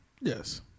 Yes